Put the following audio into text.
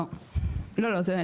לא, לא.